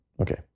Okay